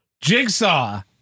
Jigsaw